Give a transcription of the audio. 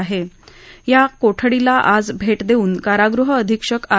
आज या कोठडीला भेट देऊन कारागृह अधीक्षक आर